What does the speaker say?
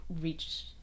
reach